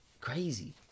crazy